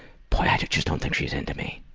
boy i just don't think she's into me.